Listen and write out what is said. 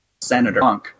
senator